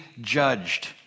judged